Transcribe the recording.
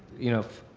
you know,